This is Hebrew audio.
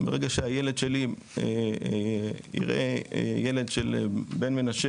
ברגע שהילד שלי יראה ילד של בני מנשה